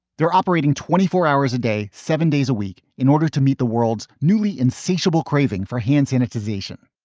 they're operating twenty four hours a day, seven days a week in order to meet the world's newly insatiable craving for hand sanitization